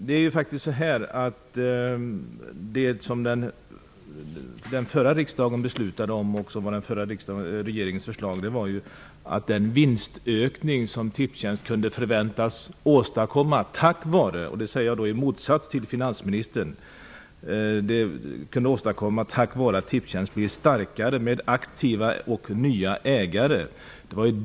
Det som den förra riksdagen beslutade om och som var den förra regeringens förslag var att staten och föreningslivet skulle dela på den vinstökning som Tipstjänst kunde förväntas åstadkomma tack vare att man blev starkare och mer aktiv med nya ägare.